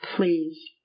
please